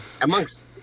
Amongst